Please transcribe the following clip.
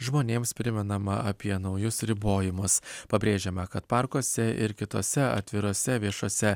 žmonėms primenama apie naujus ribojimus pabrėžiame kad parkuose ir kitose atvirose viešose